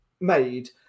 made